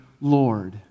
Lord